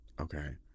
Okay